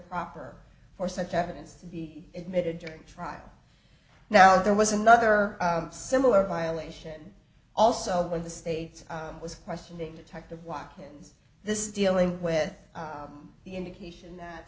improper for such evidence to be admitted during trial now there was another similar violation also when the state was questioning detective walkmans this is dealing with the indication that